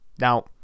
Now